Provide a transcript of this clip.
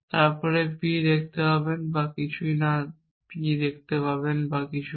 আপনি P দেখতে পারবেন বা কিছুই না P দেখতে পারবেন বা কিছুই না